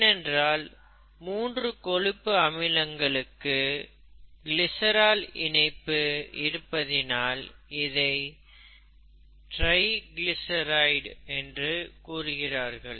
ஏனென்றால் 3 கொழுப்பு அமிலங்களுக்கு கிளிசரால் இணைப்பு இருப்பதினால் இதை ட்ரைகிளிசரைடு என்று கூறுகிறார்கள்